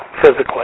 physically